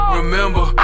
Remember